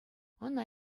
ӑна